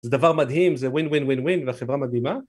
זה דבר מדהים, זה ווין ווין ווין ווין, והחברה מדהימה